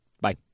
bye